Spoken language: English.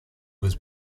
was